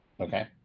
Okay